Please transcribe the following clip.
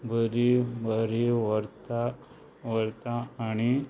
बरी बरी व्हरता व्हरता आनी